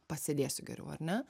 pasėdėsiu geriau ar ne